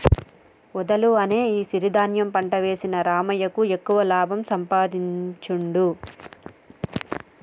వూదలు అనే ఈ సిరి ధాన్యం పంట వేసిన రామయ్యకు ఎక్కువ లాభం సంపాదించుడు